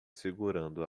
segurando